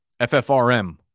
FFRM